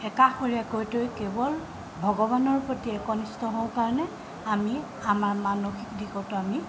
একাষৰীয়াকৈ থৈ কেৱল ভগৱানৰ প্ৰতি একনিষ্ঠ হও কাৰণে আমি আমাৰ মানসিক দিশটো আমি